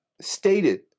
stated